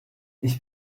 ich